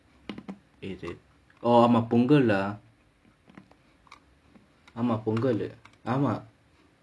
இரு:iru oh ஆமா பொங்கல்:aamaa pongal lah ஆமா பொங்கல் ஆமா:aamaa pongal aamaa